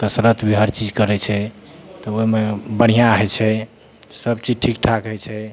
कसरत भी हर चीज करै छै तऽ ओहिमे बढ़िऑं होइ छै सबचीज ठीक ठाक होइ छै